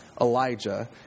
Elijah